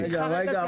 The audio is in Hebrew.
סליחה רגע,